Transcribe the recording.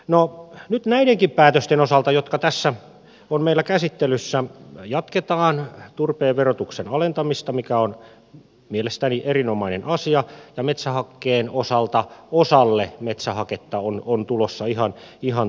no nyt näidenkin päätösten osalta jotka tässä ovat meillä käsittelyssä jatketaan turpeen verotuksen alentamista mikä on mielestäni erinomainen asia ja metsähakkeen osalta osalle metsähaketta on tulossa ihan hyvä näkymä